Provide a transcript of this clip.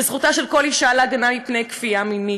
זכותה של כל אישה להגנה מפני כפייה מינית,